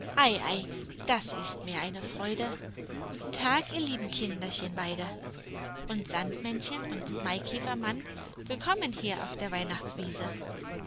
das ist mir eine freude guten tag ihr lieben kinderchen beide und sandmännchen und maikäfermann willkommen hier auf der weihnachtswiese